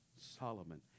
Solomon